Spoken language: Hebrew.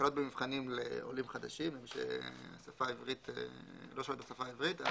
הקלות במבחנים לעולים חדשים שלא שולטים בשפה העברית.